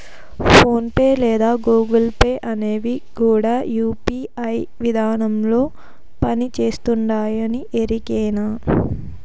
phone pay లేదా Google Pay అనేవి కూడా యూ.పీ.ఐ విదానంలోనే పని చేస్తుండాయని ఎరికేనా